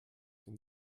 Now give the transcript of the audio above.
den